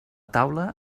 taula